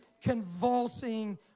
convulsing